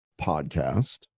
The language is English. podcast